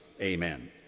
amen